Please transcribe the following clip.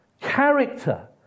Character